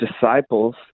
disciples